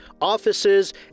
offices